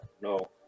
no